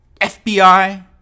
FBI